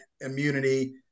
immunity